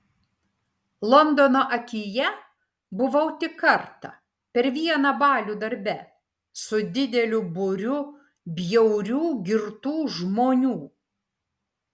londono akyje buvau tik kartą per vieną balių darbe su dideliu būriu bjaurių girtų žmonių